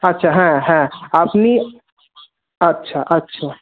আচ্ছা হ্যাঁ হ্যাঁ আপনি আচ্ছা আচ্ছা